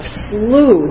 slew